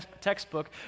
textbook